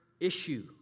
issue